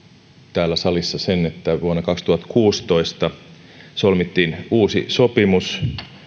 täällä salissa sen että vuonna kaksituhattakuusitoista solmittiin uusi sopimus